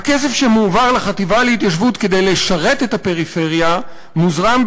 הכסף שמועבר לחטיבה להתיישבות כדי לשרת את הפריפריה מוזרם,